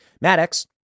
Maddox